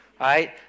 Right